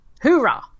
Hoorah